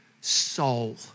soul